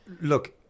Look